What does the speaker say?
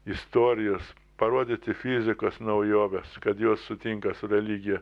istorijas parodyti fizikos naujoves kad jos sutinka su religija